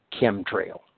chemtrail